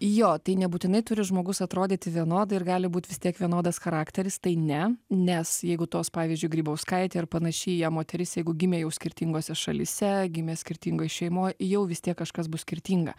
jo tai nebūtinai turi žmogus atrodyti vienodai ir gali būt vis tiek vienodas charakteris tai ne nes jeigu tos pavyzdžiui grybauskaitė ar panaši į ją moteris jeigu gimė jau skirtingose šalyse gimė skirtingoj šeimoj jau vis tiek kažkas bus skirtinga